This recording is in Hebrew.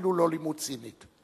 אפילו לא לימוד סינית.